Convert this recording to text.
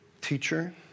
Teacher